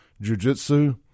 jiu-jitsu